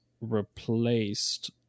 replaced